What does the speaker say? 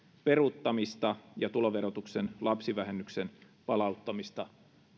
peruuttamista ja tuloverotuksen lapsivähennyksen palauttamista